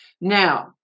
Now